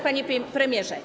Panie Premierze!